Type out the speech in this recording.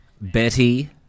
Betty